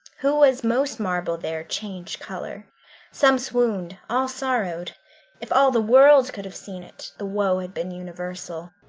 who was most marble there changed colour some swooned, all sorrowed if all the world could have seen it, the woe had been universal.